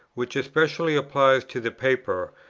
which especially applies to the paper,